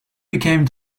became